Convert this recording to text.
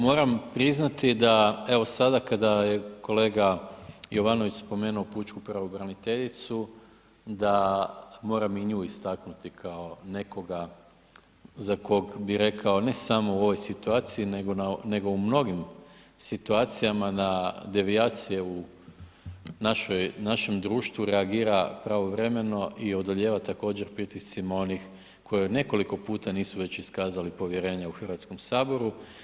Moram priznati da evo sada kada je kolega Jovanović spomenuo pučku pravobraniteljicu da moram i nju istaknuti kao nekoga za kog bi rekao, ne samo u ovoj situaciji nego u mnogim situacijama na devijacije u našem društvu reagira pravovremeno i odlijeva također pritiscima onih koje nekoliko puta nisu već iskazali povjerenje u Hrvatskom saboru.